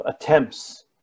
attempts